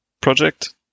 project